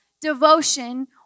devotion